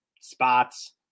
spots